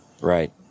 Right